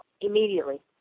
immediately